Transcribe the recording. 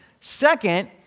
Second